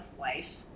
life